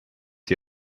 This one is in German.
die